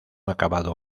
acabado